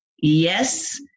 Yes